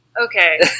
Okay